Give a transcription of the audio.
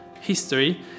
history